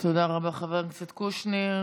תודה רבה, חבר הכנסת קושניר.